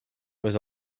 was